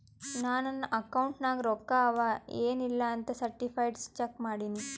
ನಾ ನನ್ ಅಕೌಂಟ್ ನಾಗ್ ರೊಕ್ಕಾ ಅವಾ ಎನ್ ಇಲ್ಲ ಅಂತ ಸರ್ಟಿಫೈಡ್ ಚೆಕ್ ಮಾಡಿನಿ